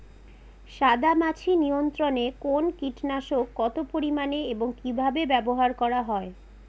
সাদামাছি নিয়ন্ত্রণে কোন কীটনাশক কত পরিমাণে এবং কীভাবে ব্যবহার করা হয়?